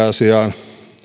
asiaan